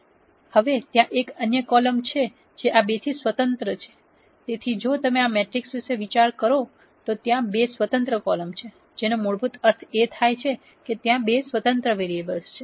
હવે ત્યાં એક અન્ય કોલમ છે જે આ બેથી સ્વતંત્ર છે તેથી જો તમે આ મેટ્રિક્સ વિશે વિચારો છો તો ત્યાં 2 સ્વતંત્ર કોલમ છે જેનો મૂળભૂત અર્થ એ છે કે ત્યાં 2 સ્વતંત્ર વેરીએબલ છે